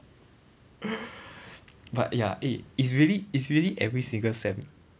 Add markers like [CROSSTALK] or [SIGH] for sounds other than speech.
[BREATH] but ya eh is really is really every single sem